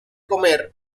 comer